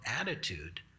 attitude